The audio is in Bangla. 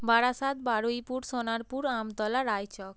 বারাসাত বারুইপুর সোনারপুর আমতলা রায়চক